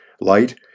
Light